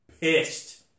Pissed